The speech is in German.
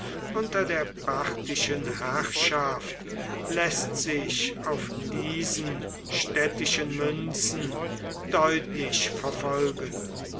unter der parthischen herrschaft läßt sich auf diesen städtischen münzen deutlich verfolgen